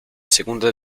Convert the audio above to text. segunda